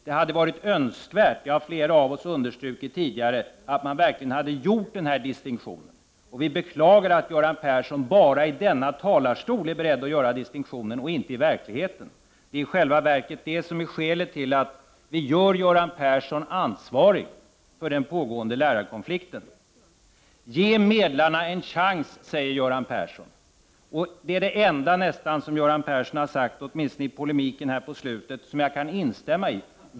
Det hade varit önskvärt, som flera av oss har understrukit tidigare, att man verkligen hade gjort denna distinktion, och vi beklagar att Göran Persson bara i denna talarstol är beredd att göra den men inte i verkligheten. Det är i själva verket detta som är skälet till att vi gör Göran Persson ansvarig för den pågående lärarkonflikten. Ge medlarna en chans, säger Göran Persson. Det är nästan det enda som Göran Persson har sagt — åtminstone i polemiken här på slutet — som jag kan instämma i.